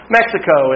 Mexico